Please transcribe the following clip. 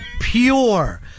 pure